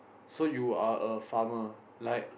so you are a farmer like